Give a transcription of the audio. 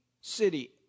city